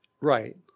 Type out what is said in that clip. Right